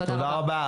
תודה רבה.